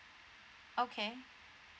okay